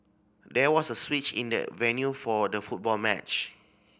there was a switch in the venue for the football match